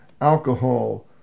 Alcohol